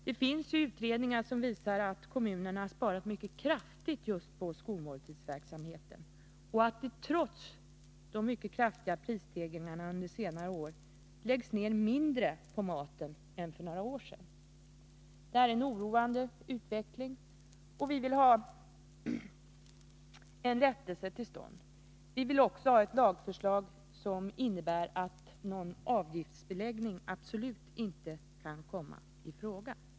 Det finns undersökningar som visar att kommunerna sparat mycket kraftigt just på skolmåltidsverksamheten och att det trots de mycket kraftiga prisstegringarna under senare år i dag läggs ner mindre på maten än för några år sedan. Detta är en oroande utveckling, och vi vill därför ha en rättelse till stånd. Vi vill också ha ett lagförslag som innebär att någon avgiftsbeläggning absolut inte kan komma i fråga.